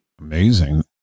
Amazing